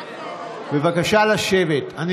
לשבת, בבקשה לשבת, בבקשה לשבת.